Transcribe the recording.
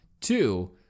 Two